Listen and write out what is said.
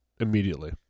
immediately